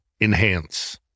enhance